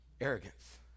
Arrogance